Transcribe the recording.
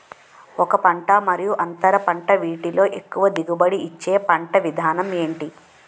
ఒక పంట మరియు అంతర పంట వీటిలో ఎక్కువ దిగుబడి ఇచ్చే పంట విధానం ఏంటి?